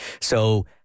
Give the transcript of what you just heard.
So-